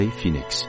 Phoenix